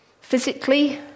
physically